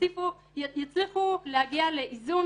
יצליחו להגיע לאיזון,